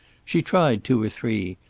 she tried two or three,